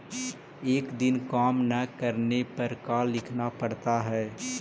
एक दिन काम न करने पर का लिखना पड़ता है?